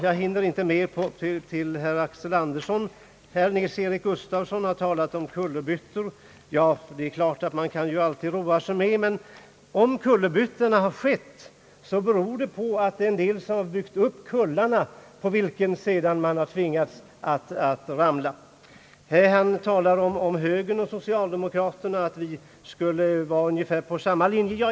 Jag hinner inte i denna korta replik säga mer till herr Axel Andersson. Herr Nils-Eric Gustafsson har talat om kullerbyttor. Det kan han ju alltid roa sig med, men om kullerbyttor har skett beror det på att en del har byggt upp kullarna på vilka man sedan har tvingats att ramla. Herr Gustafsson säger också att högern och socialdemokraterna här skulle vara på ungefär samma linje.